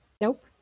Nope